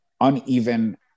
uneven